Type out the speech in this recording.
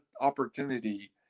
opportunity